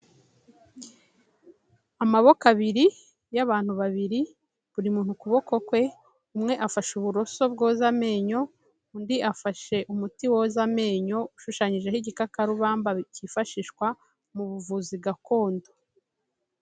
Amaboko abiri y'abantu babiri buri muntu ukuboko kwe, umwe afashe uburoso bwoza amenyo undi afashe umuti woza amenyo ushushanyijeho igikarubamba cyifashishwa mu buvuzi gakondo.